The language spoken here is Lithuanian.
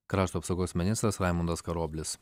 krašto apsaugos ministras raimundas karoblis